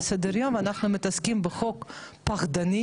סדר היום ואנחנו מתעסקים בחוק פחדני,